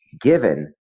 given